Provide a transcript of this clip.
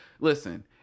listen